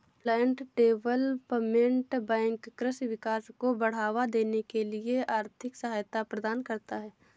land development bank कृषि विकास को बढ़ावा देने के लिए आर्थिक सहायता प्रदान करता है